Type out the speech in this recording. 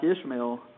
Ishmael